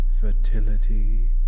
fertility